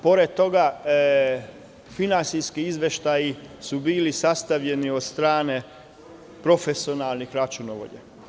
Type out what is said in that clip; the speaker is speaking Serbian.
Pored toga, finansijski izveštaji su bili sastavljeni od strane profesionalnih računovođa.